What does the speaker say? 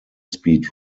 speed